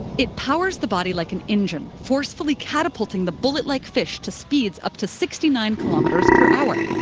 it powers the body like an engine, forcefully catapulting the bullet-like fish to speeds up to sixty nine kilometers per hour.